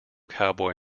cowboy